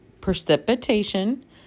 Precipitation